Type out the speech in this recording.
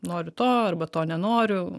noriu to arba to nenoriu